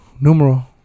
Numeral